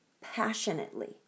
passionately